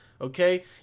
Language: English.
okay